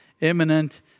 Imminent